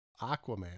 Aquaman